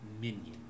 minion